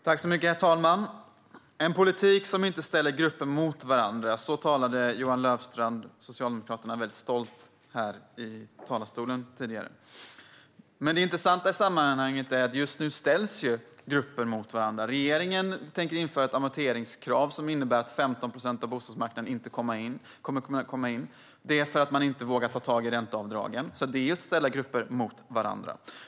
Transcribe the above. Herr talman! En politik som inte ställer grupper mot varandra, så sa Johan Löfstrand från Socialdemokraterna väldigt stolt här tidigare från talarstolen. Det intressanta i sammanhanget är att just nu ställs grupper mot varandra. Regeringen tänker införa ett amorteringskrav som innebär att 15 procent inte kommer att kunna komma in på bostadsmarknaden. Det är för att den inte vågar ta tag i ränteavdragen. Det är att ställa grupper mot varandra.